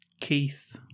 Keith